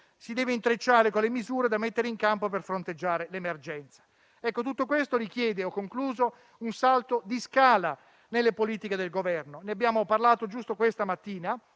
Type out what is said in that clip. si deve intrecciare con le misure da mettere in campo per fronteggiare l'emergenza. Tutto questo richiede un salto di scala nelle politiche del Governo. Ne abbiamo parlato giusto questa mattina,